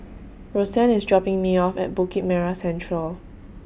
Rosann IS dropping Me off At Bukit Merah Central